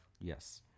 yes